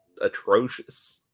atrocious